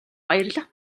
баярлах